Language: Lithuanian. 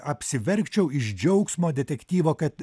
apsiverkčiau iš džiaugsmo detektyvo kad